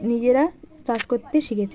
নিজেরা চাষ করতে শিখেছে